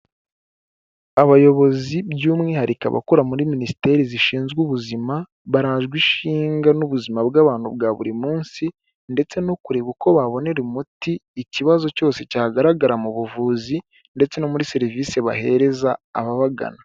Abayobozi by'umwihariko abakora muri minisiteri zishinzwe ubuzima, barajwe ishinga n'ubuzima bw'abantu bwa buri munsi ndetse no kureba uko babonera umuti ikibazo cyose cyagaragara mu buvuzi ndetse no muri serivisi bahereza ababagana.